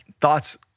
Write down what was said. thoughts